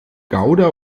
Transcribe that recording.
gouda